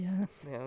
yes